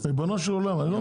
ריבונו של עולם אני לא מבין.